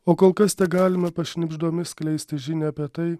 o kol kas tegalima pašnibždomis skleisti žinią apie tai